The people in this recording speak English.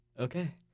Okay